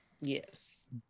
Yes